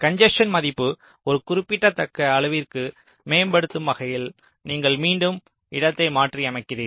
congestion மதிப்பு ஒரு குறிப்பிடத்தக்க அளவிற்கு மேம்படுத்தப்படும் வகையில் நீங்கள் மீண்டும் இடத்தை மாற்றியமைக்கிறீர்கள்